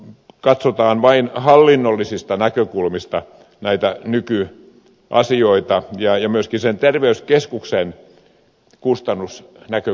täällä katsotaan näitä nykyasioita vain hallinnollisista näkökulmista ja myöskin sen terveyskeskuksen kustannusnäkökulmasta